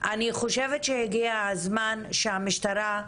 אני חושבת שהגיע הזמן שהמשטרה,